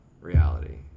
reality